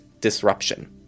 disruption